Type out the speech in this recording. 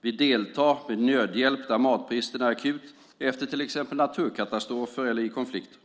Vi deltar med nödhjälp där matbristen är akut efter till exempel naturkatastrofer eller i konflikter.